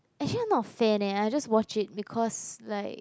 actually not fair leh I just watch it because like